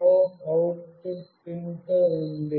NO output pin తో ఉంది